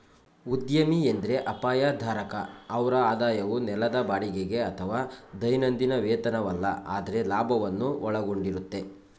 ಉದ್ಯಮಿ ಎಂದ್ರೆ ಅಪಾಯ ಧಾರಕ ಅವ್ರ ಆದಾಯವು ನೆಲದ ಬಾಡಿಗೆಗೆ ಅಥವಾ ದೈನಂದಿನ ವೇತನವಲ್ಲ ಆದ್ರೆ ಲಾಭವನ್ನು ಒಳಗೊಂಡಿರುತ್ತೆ